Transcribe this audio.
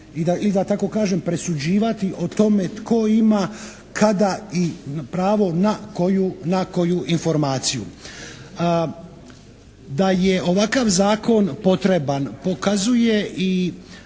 i da tako kažem, presuđivati o tome tko ima, kada pravo na koju informaciju. Da je ovakav zakon potreban pokazuje i